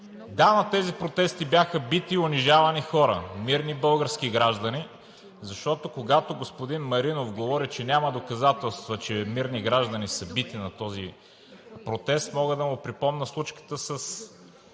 Да, на тези протести бяха бити и унижавани хора – мирни български граждани. И когато господин Маринов говори, че няма доказателства, че мирни граждани са бити на този протест, мога да му припомня случката с